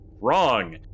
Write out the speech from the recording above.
wrong